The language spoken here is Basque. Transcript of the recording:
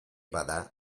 bada